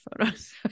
photos